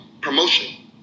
Promotion